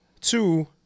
Two